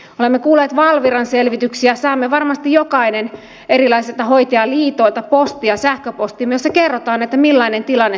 me olemme kuulleet valviran selvityksiä saamme varmasti jokainen erilaisilta hoitajaliitoilta postia sähköpostia jossa kerrotaan millainen tilanne suomessa on